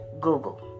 Google